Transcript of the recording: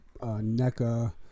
NECA